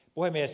puhemies